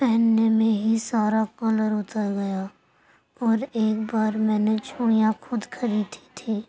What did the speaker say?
پہننے میں ہی سارا کلر اتر گیا اور ایک بار میں نے چوڑیاں خود خریدی تھیں